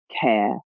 care